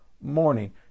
morning